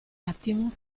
attimo